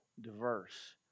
diverse